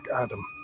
Adam